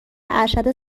ارشد